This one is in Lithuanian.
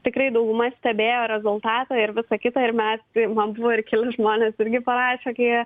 tikrai dauguma stebėjo rezultatą ir visa kita ir mes man buvo ir keli žmonės irgi parašę kai jie